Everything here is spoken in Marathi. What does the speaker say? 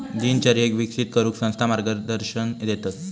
दिनचर्येक विकसित करूक संस्था मार्गदर्शन देतत